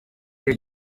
her